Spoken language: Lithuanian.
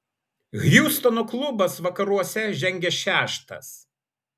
hjustono klubas vakaruose žengia šeštas